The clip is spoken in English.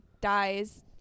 dies